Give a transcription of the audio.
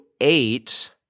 eight